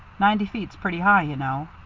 ninety feet's pretty high, you know.